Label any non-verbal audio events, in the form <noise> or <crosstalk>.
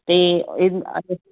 ਅਤੇ <unintelligible>